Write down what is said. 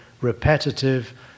repetitive